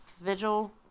Vigil